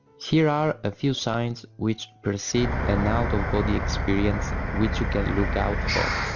here are a few signs which precede an out of body experience which you can look out for.